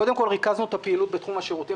קודם כול ריכזנו את הפעילות בתחום השירותים